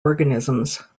organisms